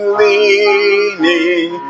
leaning